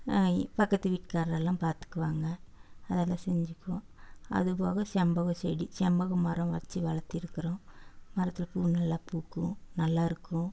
பக்கத்து வீட்டுக்காரரெல்லாம் பார்த்துக்குவாங்க அதெல்லாம் செஞ்சிப்போம் அதுப்போக செம்பக செடி செம்பக மரம் வெச்சு வளர்த்திருக்குறோம் மரத்தில் பூ நல்லா பூக்கும் நல்லாயிருக்கும்